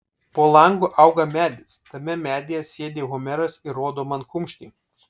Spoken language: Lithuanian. po langu auga medis tame medyje sėdi homeras ir rodo man kumštį